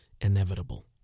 inevitable